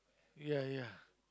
ya ya